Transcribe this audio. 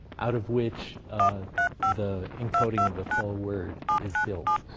out of which the encoding of the full word is built.